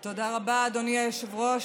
תודה רבה, אדוני היושב-ראש.